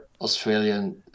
Australian